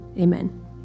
amen